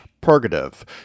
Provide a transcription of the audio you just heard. purgative